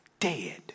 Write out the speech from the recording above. dead